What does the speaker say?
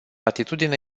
atitudine